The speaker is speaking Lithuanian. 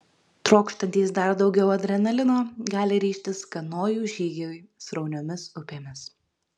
trokštantys dar daugiau adrenalino gali ryžtis kanojų žygiui srauniomis upėmis